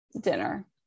Dinner